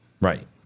Right